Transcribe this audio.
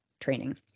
training